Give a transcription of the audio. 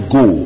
go